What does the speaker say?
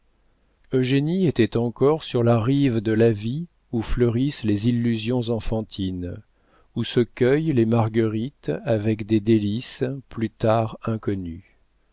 eugénie était encore sur la rive de la vie où fleurissent les illusions enfantines où se cueillent les marguerites avec des délices plus tard inconnues